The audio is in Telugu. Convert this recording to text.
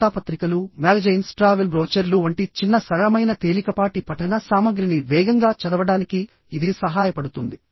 వార్తాపత్రికలు మ్యాగజైన్స్ ట్రావెల్ బ్రోచర్లు వంటి చిన్న సరళమైన తేలికపాటి పఠన సామగ్రిని వేగంగా చదవడానికి ఇది సహాయపడుతుంది